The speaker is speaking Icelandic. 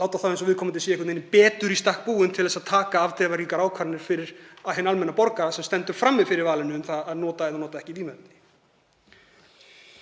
láta þá eins og viðkomandi sé einhvern veginn betur í stakk búinn til að taka afdrifaríkar ákvarðanir fyrir hinn almenna borgara sem stendur frammi fyrir valinu um að nota eða nota ekki vímuefni.